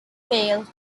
failed